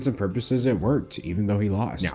ah purposes, it worked even though he lost. now,